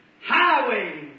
highway